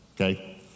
okay